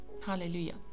Hallelujah